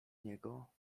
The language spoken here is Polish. niego